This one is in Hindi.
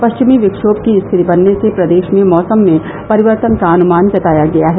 परिचमी विक्षोम की स्थिति बनने से प्रदेश में मौसम में परिवर्तन का अनुमान जताया गया है